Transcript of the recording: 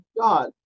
God